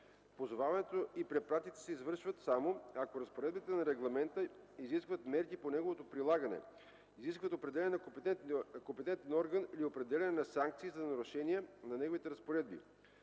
Позоваването и препратките се извършват само, ако разпоредбите на регламента изискват мерки по неговото прилагане, изискват определяне на компетентен орган или определяне на санкции за нарушения на неговите разпоредби.